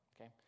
Okay